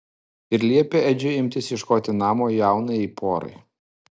ir liepė edžiui imtis ieškoti namo jaunajai porai